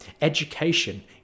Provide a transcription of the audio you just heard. Education